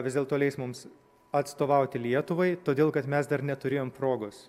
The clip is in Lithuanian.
vis dėlto leis mums atstovauti lietuvai todėl kad mes dar neturėjom progos